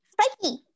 Spiky